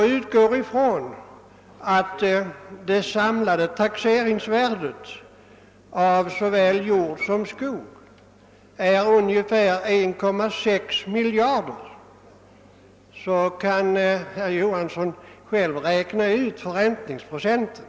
Eftersom det samlade taxeringsvärdet av jord och skog i statens ägo utgör ungefär 1,6 miljarder kronor, så kan herr Johanson själv räkna ur förräntningsprocenten.